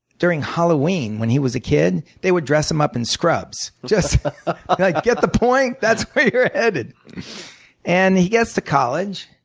during halloween when he was a kid, they would dress him up in scrubs. just like get the point? that's where you're headed. and he gets to college,